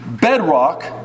bedrock